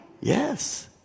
Yes